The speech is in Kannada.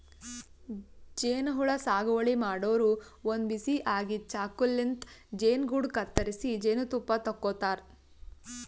ಜೇನಹುಳ ಸಾಗುವಳಿ ಮಾಡೋರು ಒಂದ್ ಬಿಸಿ ಆಗಿದ್ದ್ ಚಾಕುಲಿಂತ್ ಜೇನುಗೂಡು ಕತ್ತರಿಸಿ ಜೇನ್ತುಪ್ಪ ತಕ್ಕೋತಾರ್